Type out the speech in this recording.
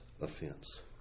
offense